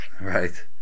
Right